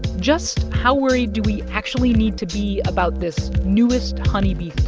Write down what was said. just how worried do we actually need to be about this newest honeybee